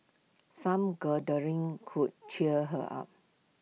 some cuddling could cheer her up